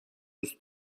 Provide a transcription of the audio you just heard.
دوست